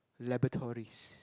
laboratories